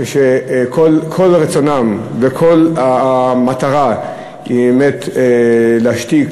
כשכל רצונם וכל המטרה היא באמת להשתיק